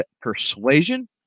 persuasion